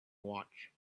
watch